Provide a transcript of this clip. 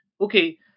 Okay